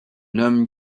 homme